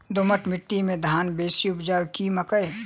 दोमट माटि मे धान बेसी उपजाउ की मकई?